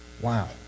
Wow